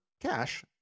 cash